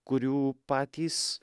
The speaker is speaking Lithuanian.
kurių patys